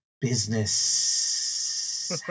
Business